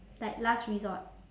like last resort